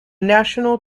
national